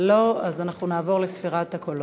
לא, אז אנחנו נעבור לספירת הקולות.